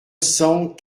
cent